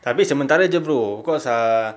tapi sementara jer bro cause ah